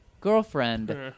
girlfriend